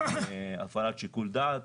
הפעלת שיקול דעת,